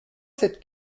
cette